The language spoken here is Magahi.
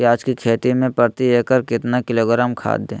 प्याज की खेती में प्रति एकड़ कितना किलोग्राम खाद दे?